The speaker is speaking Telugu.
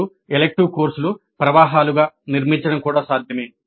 అప్పుడు ఎలెక్టివ్ కోర్సులు ప్రవాహాలుగా నిర్మించబడటం కూడా సాధ్యమే